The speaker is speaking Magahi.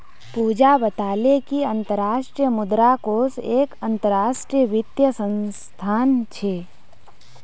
पूजा बताले कि अंतर्राष्ट्रीय मुद्रा कोष एक अंतरराष्ट्रीय वित्तीय संस्थान छे